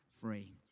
free